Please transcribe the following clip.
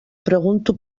pregunto